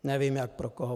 Nevím, jak pro koho.